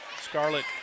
Scarlet